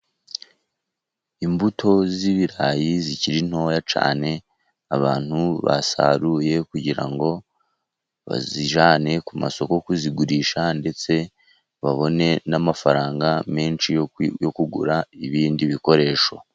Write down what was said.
Imbuto z'ibirayi zikiri ntoya cyane, abantu basaruye kugira ngo bazijyane ku masoko kuzigurisha, ndetse babone n'amafaranga menshi yo kugura ibindi bikoresho.